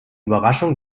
überraschung